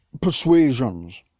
persuasions